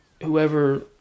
whoever